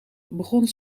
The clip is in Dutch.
begon